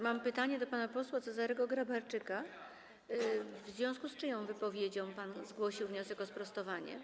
Mam pytanie do pana posła Cezarego Grabarczyka: W związku z czyją wypowiedzią zgłosił pan wniosek o sprostowanie?